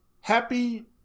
Happy